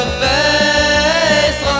face